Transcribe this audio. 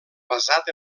basat